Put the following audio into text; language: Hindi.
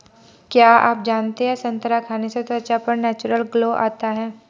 क्या आप जानते है संतरा खाने से त्वचा पर नेचुरल ग्लो आता है?